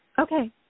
Okay